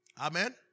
Amen